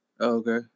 Okay